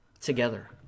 together